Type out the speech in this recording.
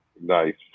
Nice